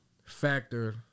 factor